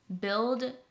build